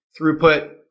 throughput